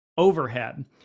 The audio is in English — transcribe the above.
overhead